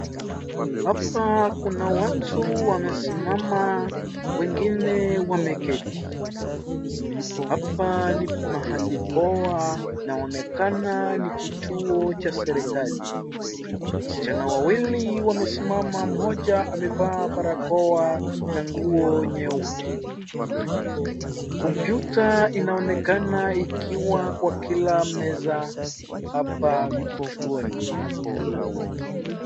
Hapa kuna watu wamesimama, wengine wameketi. Hapa ni mahali poa, inaonekana ni kituo cha serikali. Wasichana wawili wamesimama, mmoja amevaa barakoa na nguo nyeupe . Kompyuta inaonekana ikiwa kwa kila meza hapa kituoni.